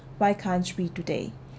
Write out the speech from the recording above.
why can't we today